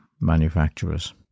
manufacturers